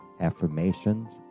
affirmations